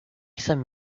some